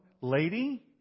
lady